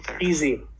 Easy